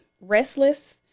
restless